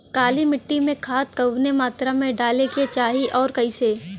काली मिट्टी में खाद कवने मात्रा में डाले के चाही अउर कइसे?